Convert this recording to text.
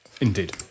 Indeed